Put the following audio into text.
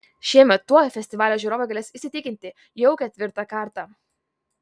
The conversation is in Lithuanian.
šiemet tuo festivalio žiūrovai galės įsitikinti jau ketvirtą kartą